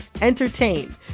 entertain